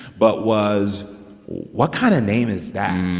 but was what kind of name is that?